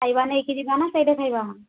ଖାଇବା ନେଇକି ଯିବା ନା ସେଇଠି ଖାଇବା